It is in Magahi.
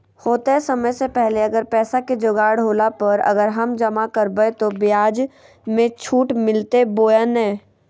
होतय समय से पहले अगर पैसा के जोगाड़ होला पर, अगर हम जमा करबय तो, ब्याज मे छुट मिलते बोया नय?